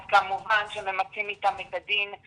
אז כמובן שממצים איתם את הדין,